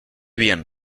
bien